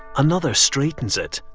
another straightens it,